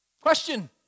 Question